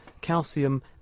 calcium